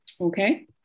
okay